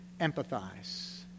empathize